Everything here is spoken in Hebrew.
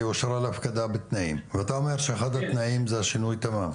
היא אושרה להפקדה בתנאים ואתה אומר שאחד התנאים הוא שינוי תמ"מ,